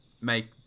make